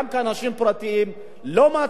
לא מצליחים להתמודד עם השאלה הזאת.